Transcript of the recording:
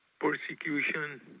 persecution